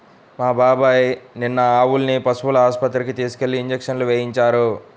మా బాబాయ్ నిన్న ఆవుల్ని పశువుల ఆస్పత్రికి తీసుకెళ్ళి ఇంజక్షన్లు వేయించారు